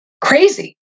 crazy